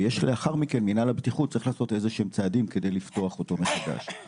ולאחר מכן מינהל הבטיחות צריך לעשות איזשהם צעדים כדי לפתוח אותו מחדש.